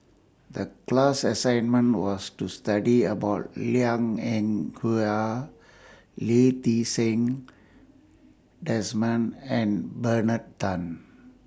The class assignment was to study about Liang Eng Hwa Lee Ti Seng Desmond and Bernard Tan